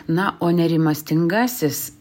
na o nerimastingasis